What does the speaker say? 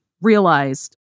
realized